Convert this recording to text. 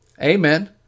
Amen